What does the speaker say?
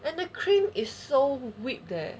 then the cream is so whip leh